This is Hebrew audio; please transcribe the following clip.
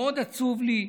מאוד עצוב לי,